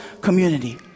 community